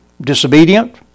Disobedient